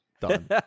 Done